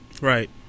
Right